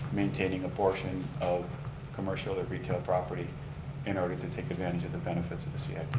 maintaining a portion of commercial that retail property in order to take advantage of the benefits of the cip.